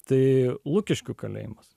tai lukiškių kalėjimas